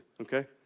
okay